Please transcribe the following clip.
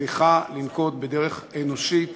צריכה לנקוט דרך אנושית